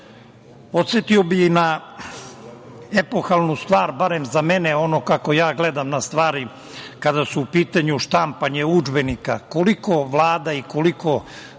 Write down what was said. bi i na epohalnu stvar, barem za mene, onako kako ja gledam na stvari kada su u pitanju štampanje udžbenika, koliko Vlada i koliko